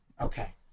Okay